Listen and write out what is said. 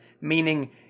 meaning